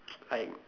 I